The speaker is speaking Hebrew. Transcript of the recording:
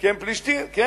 פלישתים אתם.